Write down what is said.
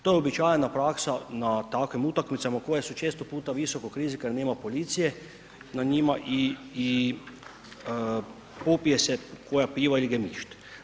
To je uobičajena praksa na takvim utakmicama koje su često puta visokog rizika jer nema policije na njima i popije se koja piva ili gemišt.